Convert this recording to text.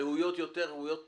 ראויות יותר וראויות פחות,